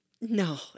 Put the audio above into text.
No